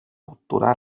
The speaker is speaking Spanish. postura